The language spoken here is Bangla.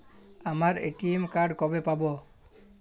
আমার এ.টি.এম কার্ড কবে পাব?